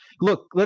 Look